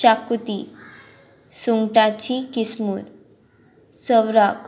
शाकुती सुंगटाची किसमूर सवराक